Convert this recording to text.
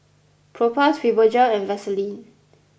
Propass Fibogel and Vaselin